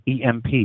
EMP